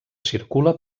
circula